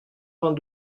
vingt